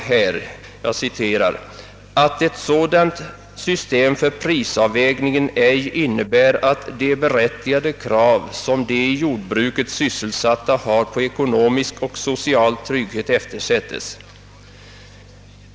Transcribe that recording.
162 i utskottsutlåtandet att »ett sådant system för prisavvägningen ej innebär att de berättigade krav som de i jordbruket sysselsatta har på ekonomisk och social trygghet eftersätts.